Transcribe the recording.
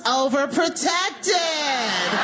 overprotected